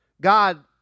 God